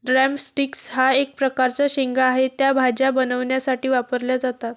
drum sticks हा एक प्रकारचा शेंगा आहे, त्या भाज्या बनवण्यासाठी वापरल्या जातात